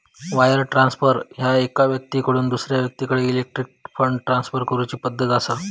wire transfer ह्या एका व्यक्तीकडसून दुसरा व्यक्तीकडे इलेक्ट्रॉनिक फंड ट्रान्सफर करूची पद्धत असा